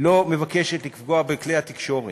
לא מבקשת לפגוע בכלי התקשורת.